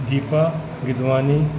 Deepa Gidwani